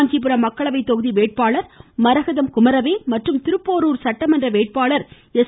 காஞ்சிபுரம் மக்களவை தொகுதி வேட்பாளர் மரகதம் குமரவேல் மற்றும் திருப்போரூர் சட்டமன்ற வேட்பாளர் எஸ்